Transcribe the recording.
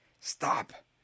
Stop